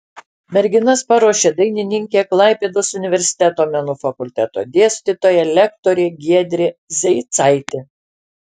merginas paruošė dainininkė klaipėdos universiteto menų fakulteto dėstytoja lektorė giedrė zeicaitė